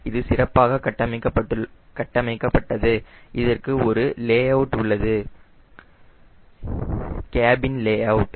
இது சிறப்பாக கட்டமைக்கப்பட்டது இதற்கு ஒரு லே அவுட் உள்ளது கேபின் லேஅவுட்